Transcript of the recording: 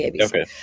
Okay